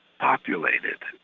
populated